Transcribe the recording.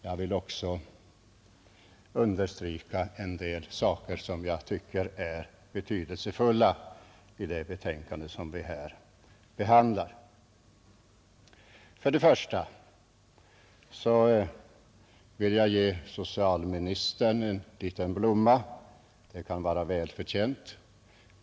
Jag vill också understryka en del saker som jag tycker är betydelsefulla i det betänkande vi här behandlar, Först vill jag ge socialministern en liten blomma — det kan vara välförtjänt.